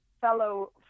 fellow